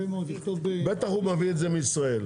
כן, בטח הוא מביא את זה מישראל.